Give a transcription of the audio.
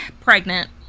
pregnant